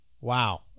wow